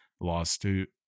Lawsuit